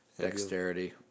dexterity